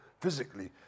physically